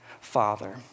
father